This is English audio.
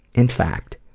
in fact,